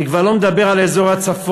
אני כבר לא מדבר על אזור הצפון,